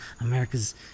America's